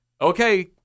okay